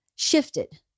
shifted